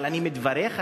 אבל מדבריך,